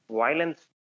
violence